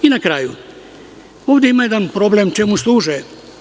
I na kraju, ovde ima jedan problem - čemu služe mediji?